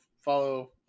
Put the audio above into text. follow